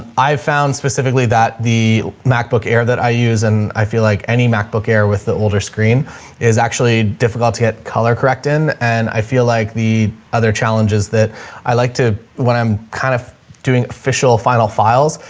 i've found specifically that the macbook air that i use and i feel like any macbook air with the older screen is actually difficult to get color corrected. and i feel like the other challenges that i like to, when i'm kind of doing official final files,